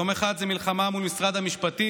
יום אחד זה מלחמה מול משרד המשפטים,